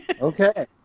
Okay